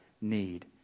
need